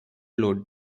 load